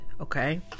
okay